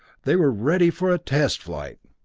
they were ready for a test flight!